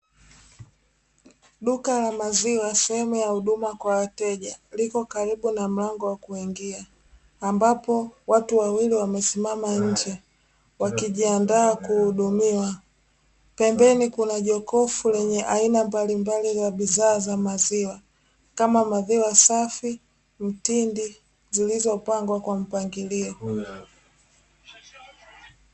Duka la maziwa, sehemu ya huduma kwa wateja lipo karibu na mlango wa kuingia. Ambapo watu wawili wamesimama nje wakijiandaa kuhudiwa. Pembeni kuna jokofu lenye aina mbalimbali za bidhaa za maziwa kama maziwa safi, mtindi; zilizopangwa kwa mpangilio.